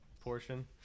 portion